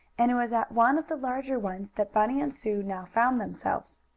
and it was at one of the larger ones that bunny and sue now found themselves.